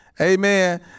Amen